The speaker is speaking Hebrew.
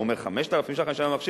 הוא אומר: 5,000 ש"ח אני אשלם על המכשיר?